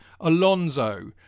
Alonso